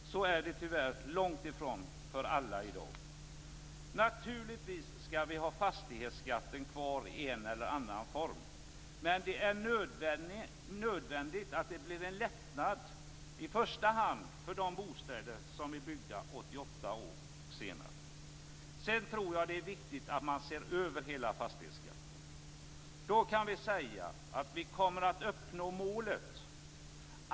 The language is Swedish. Så är det tyvärr för långt ifrån alla i dag. Naturligtvis skall vi ha fastighetsskatten kvar i en eller annan form, men det är nödvändigt med en lättnad, i första hand för de bostäder som är byggda 1988 och senare. Sedan tror jag att det är viktigt att man ser över hela fastighetsskatten. Då kan vi säga att vi kommer att uppnå målet.